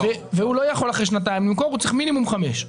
הוא לא יכול למכור אחרי שנתיים אלא הוא צריך מינימום חמש שנים.